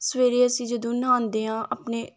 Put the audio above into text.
ਸਵੇਰੇ ਅਸੀਂ ਜਦੋਂ ਨਹਾਉਂਦੇ ਹਾਂ ਆਪਣੇ